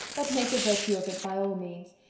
but make a virtue of it by all means.